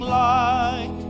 light